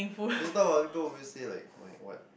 when you talk about other people would you say like like what